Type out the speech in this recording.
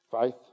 faith